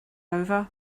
over